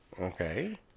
Okay